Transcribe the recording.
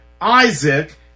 Isaac